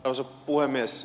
arvoisa puhemies